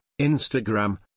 Instagram